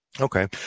Okay